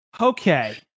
Okay